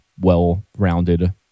well-rounded